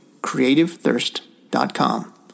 creativethirst.com